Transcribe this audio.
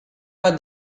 but